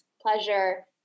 pleasure